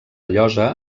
llosa